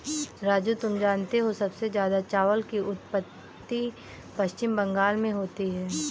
राजू तुम जानते हो सबसे ज्यादा चावल की उत्पत्ति पश्चिम बंगाल में होती है